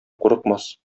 курыкмас